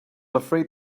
afraid